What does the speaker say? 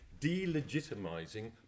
delegitimizing